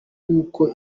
nk’uko